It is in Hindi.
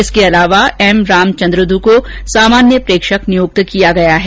इसके अलावा एम रामचंद्रदु को सामान्य प्रेक्षक नियुक्त किया गया है